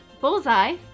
Bullseye